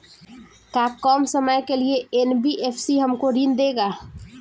का कम समय के लिए एन.बी.एफ.सी हमको ऋण देगा?